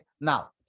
Now